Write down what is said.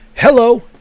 Hello